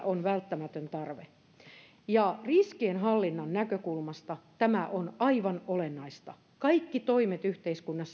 on välttämätön tarve riskienhallinnan näkökulmasta tämä on aivan olennaista yhteiskunnan